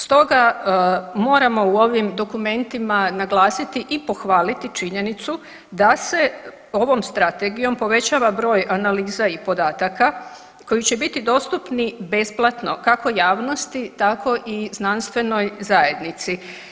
Stoga moramo u ovim dokumentima naglasiti i pohvaliti činjenicu da se ovom strategijom povećava broj analiza i podataka koji će biti dostupno besplatno kako javnosti, tako i znanstvenoj zajednici.